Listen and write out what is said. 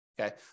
Okay